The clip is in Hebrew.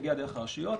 מגיע דרך הרשויות.